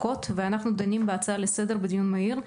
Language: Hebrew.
ואנחנו דנים בהצעה לדיון בסדר מהיר,